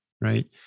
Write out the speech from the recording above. right